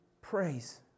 Praise